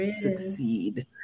succeed